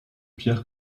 pierre